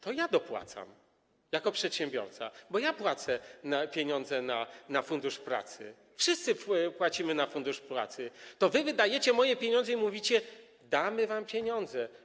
To ja dopłacam jako przedsiębiorca, bo ja płacę pieniądze na Fundusz Pracy, wszyscy płacimy na Fundusz Pracy, a wy wydajecie moje pieniądze i mówicie: damy wam pieniądze.